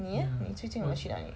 你 eh 你最近有去哪里